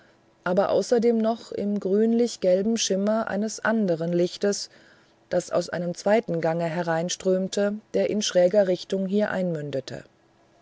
aber außerdem noch im grünlich gelben schimmer eines anderen lichtes das aus einem zweiten gange hereinströmte der in schräger richtung hier einmündete